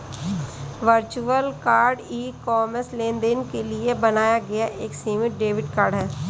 virtual card e commerce लेनदेन के लिए बनाया गया एक सीमित डेबिट कार्ड है